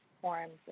forms